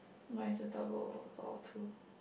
mine's a double door too